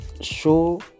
show